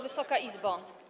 Wysoka Izbo!